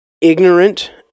ignorant